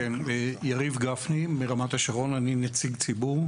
יריב גפני מרמת השרון, אני נציג ציבור.